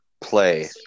play